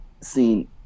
seen